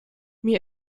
mir